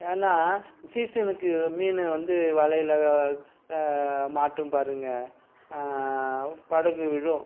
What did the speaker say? ஏன்னா சீசனுக்கு மீன் வந்து வலையில் மாட்டும் பாருங்கள் படகு விழும்